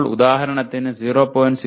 ഇപ്പോൾ ഉദാഹരണത്തിന് 0